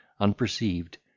unperceived